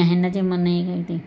या हिन जे मन ई कर